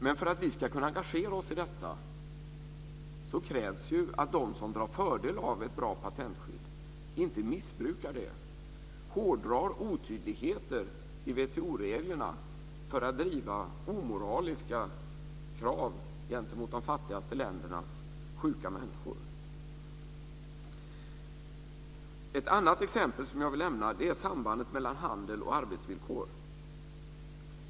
Men för att vi ska kunna engagera oss i detta krävs det ju att de som drar fördel av ett bra patentskydd inte missbrukar det, hårdrar otydligheter i WTO-reglerna för att driva omoraliska krav gentemot de fattigaste ländernas sjuka människor. Ett annat exempel som jag vill nämna är sambandet mellan handel och arbetsvillkor.